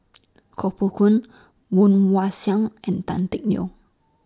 Koh Poh Koon Woon Wah Siang and Tan Teck Neo